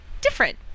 different